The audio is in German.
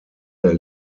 der